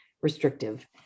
restrictive